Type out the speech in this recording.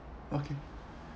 okay